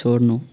छोड्नु